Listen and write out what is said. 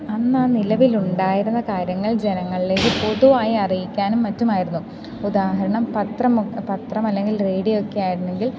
അന്നാ നിലവിലുണ്ടായിരുന്ന കാര്യങ്ങൾ ജനങ്ങളിലേക്ക് പൊതുവായി അറിയിക്കാനും മറ്റുമായിരുന്നു ഉദാഹരണം പത്രം മ പത്രം അല്ലെങ്കിൽ റേഡിയോ ഒക്കെ ആയിരുന്നെങ്കിൽ